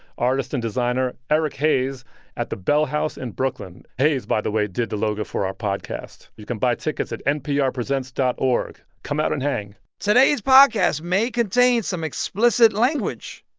artist and designer eric haze at the bell house in brooklyn. haze, by the way, did the logo for our podcast. you can buy tickets at nprpresents dot org. come out and hang today's podcast may contain some explicit language.